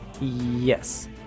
Yes